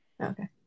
Okay